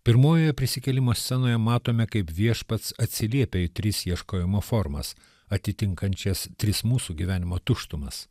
pirmojoje prisikėlimo scenoje matome kaip viešpats atsiliepia į tris ieškojimo formas atitinkančias tris mūsų gyvenimo tuštumas